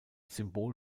symbol